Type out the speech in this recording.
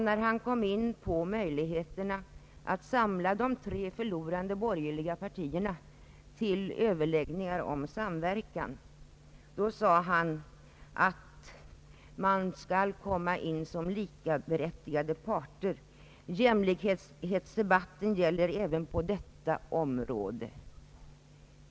När han kom in på möjligheterna att samla de tre förlorande borgerliga partierna till överläggningar om samverkan sade han att de skall komma in som likaberättigade parter. Jämlikhetskravet gäller även på detta område.